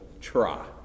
try